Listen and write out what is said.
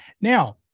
Now